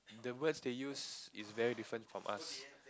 the words they use is very different from us